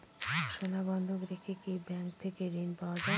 সোনা বন্ধক রেখে কি ব্যাংক থেকে ঋণ পাওয়া য়ায়?